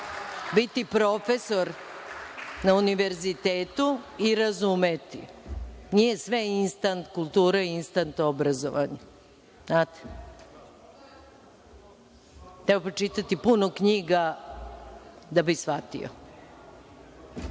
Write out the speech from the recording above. biti profesor na Univerzitetu i razumeti. Nije sve instant kultura, instant obrazovanje, znate. Treba pročitati puno knjiga da bi shvatio,